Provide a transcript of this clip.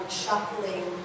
shuffling